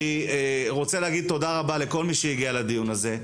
אני רוצה להגיד תודה רבה לכל מי שהגיע לדיון הזה.